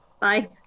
Bye